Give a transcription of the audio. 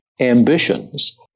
ambitions